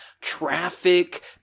traffic